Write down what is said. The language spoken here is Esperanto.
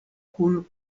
kun